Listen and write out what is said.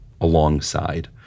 alongside